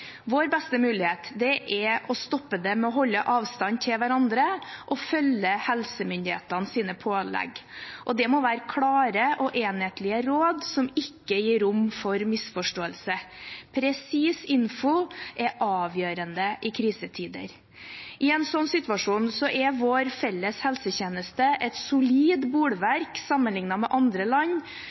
Vår beste mulighet er å stoppe det ved å holde avstand til hverandre og følge helsemyndighetenes pålegg. Det må være klare og enhetlige råd som ikke gir rom for misforståelse. Presis info er avgjørende i krisetider. I en sånn situasjon er vår felles helsetjeneste et solid bolverk sammenlignet med andre land